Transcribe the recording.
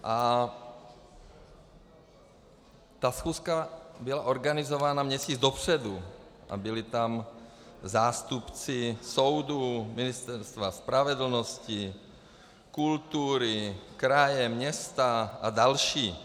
A ta schůzka byla organizována měsíc dopředu a byli tam zástupci soudu, Ministerstva spravedlnosti, kultury, kraje, města a další.